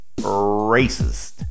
racist